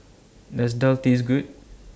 Does Daal Taste Good